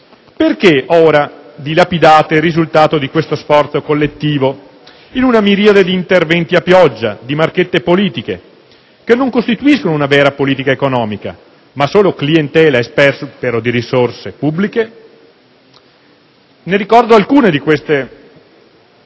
perché ora dilapidate il risultato di questo sforzo collettivo in una miriade di interventi a pioggia, di marchette politiche, che non costituiscono una vera politica economica, ma solo clientela e sperpero di risorse pubbliche? Ricordo alcune di queste